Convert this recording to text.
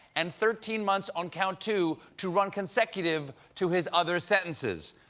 and thirteen months on count two, to run consecutive to his other sentences.